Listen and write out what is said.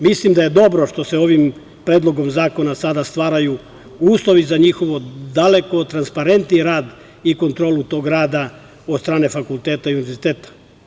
Mislim da je dobro što se ovim predlogom zakona sada stvaraju uslovi za njihovu daleko transparentniji rad i kontrolu tog rada od strane fakulteta i univerziteta.